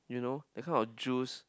you know that kind of juice